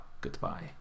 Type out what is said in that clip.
goodbye